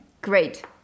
great